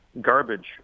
garbage